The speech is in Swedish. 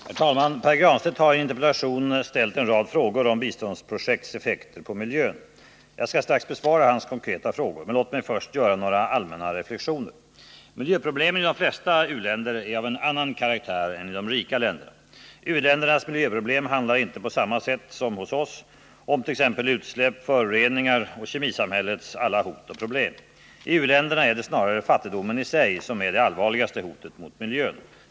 Herr talman! Pär Granstedt har i en interpellation ställt en rad frågor om biståndsprojekts effekter på miljön. Jag skall strax besvara hans konkreta frågor. Men låt mig först göra några allmänna reflexioner. Miljöproblemen i de flesta u-länder är av en annan karaktär än i de rika länderna. U-ländernas miljöproblem handlar inte på samma sätt som hos oss omt.ex. utsläpp, föroreningar och ”kemisamhällets” alla hot och problem. I u-länder är det snarare fattigdomen i sig som är det allvarligaste hotet mot miljön.